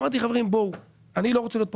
אמרתי חברים, בואו, אני לא רוצה להיות פופוליסט.